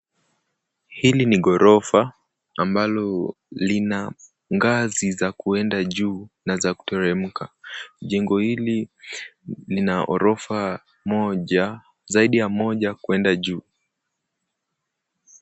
Hili ni ghorofa ambalo lina ngazi za kuenda juu na za kuteremka. Jengo hili lina ghorofa zaidi ya moja kuenda juu.